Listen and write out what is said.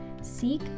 Seek